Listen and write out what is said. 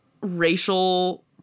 racial